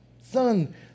son